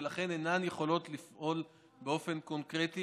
ולכן אינן יכולות לפעול באופן קונקרטי.